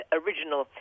original